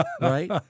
right